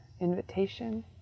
invitation